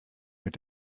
mit